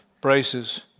braces